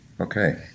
Okay